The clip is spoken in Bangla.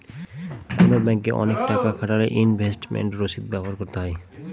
কোনো ব্যাঙ্কে অনেক টাকা খাটালে ইনভেস্টমেন্ট রসিদ ব্যবহার করতে হয়